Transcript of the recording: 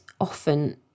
often